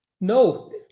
No